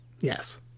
Yes